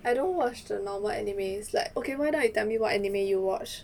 I don't watch the normal anime like okay why not you tell me what anime you watch